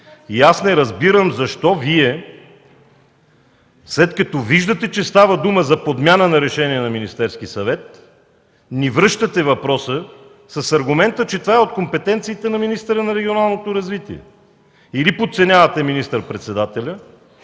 Аз не разбирам защо Вие след като виждате, че става дума за подмяна на решение на Министерския съвет, ни връщате въпроса с аргумента, че това е от компетенциите на министъра на регионалното развитие и благоустройството. Или подценявате министър-председателя,